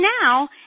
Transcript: now